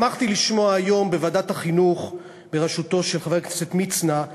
שמחתי לשמוע היום בוועדת החינוך בראשותו של חבר הכנסת מצנע,